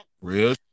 real